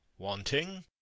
wanting